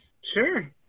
Sure